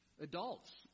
adults